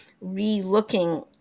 re-looking